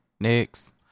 next